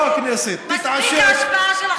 בבקשה ממך.